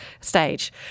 stage